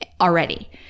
already